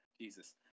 Jesus